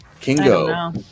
Kingo